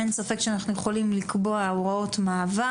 אין ספק שאנחנו יכולים לקבוע הוראות מעבר.